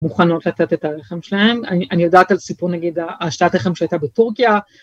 מוכנות לתת את הרחם שלהן. אני יודעת על סיפור נגיד השתלת רחם שהייתה בטורקיה.